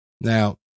Now